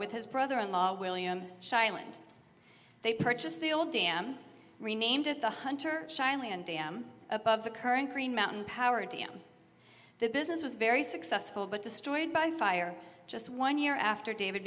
with his brother in law william schilens they purchased the old dam renamed it the hunter shyly and am above the current green mountain power to the business was very successful but destroyed by fire just one year after david